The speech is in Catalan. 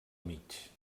mig